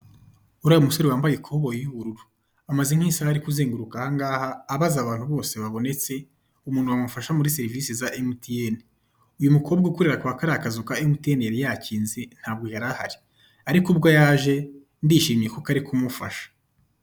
Uriya musore wambaye ikoboyi y'ubururu, amaze nk'isaha ari kuzenguruka aha ngaha; abaza abantu bose babonetse, umuntu wamufasha muri serivisi za emutiyeni. Uyu mukobwa ukorera kuri kariya kazu ka emutiyeni, yari yakinze ntabwo yari ahari; ariko ubwo yaje ndishimye, kuko ari kumufasha.